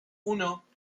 uno